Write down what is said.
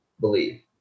believe